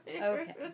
Okay